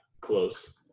close